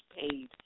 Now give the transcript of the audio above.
paid